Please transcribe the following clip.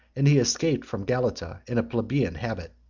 and he escaped from galata in a plebeian habit.